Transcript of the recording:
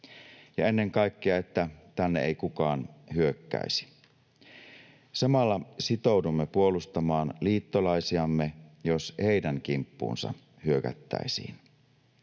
ja ennen kaikkea, että tänne ei kukaan hyökkäisi. Samalla sitoudumme puolustamaan liittolaisiamme, jos heidän kimppuunsa hyökättäisiin.